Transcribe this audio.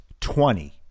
twenty